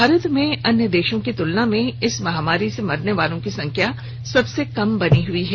भारत में अन्य देशों की तुलना में इस महामारी से मरने वालों की संख्या सबसे कम बनी हुई है